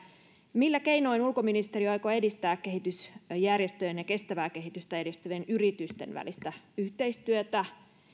millä keinoin ulkoministeriö aikoo edistää kehitysjärjestöjen ja kestävää kehitystä edistävien yritysten välistä yhteistyötä